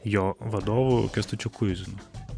jo vadovu kęstučiu kuizinu